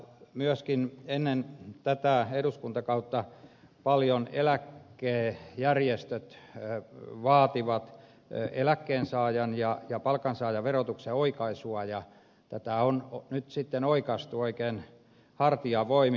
myöskin ennen tätä eduskuntakautta paljon eläkejärjestöt vaativat eläkkeensaajan ja palkansaajan verotuksen oikaisua ja tätä on nyt sitten oikaistu oikein hartiavoimin